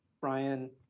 brian